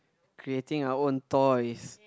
creating our own toys